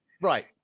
right